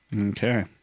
Okay